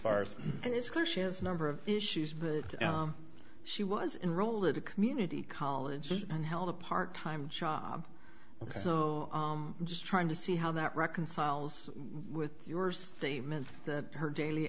it's clear she has number of issues but she was enroll at a community college and held a part time job so i'm just trying to see how that reconciles with your statement that her daily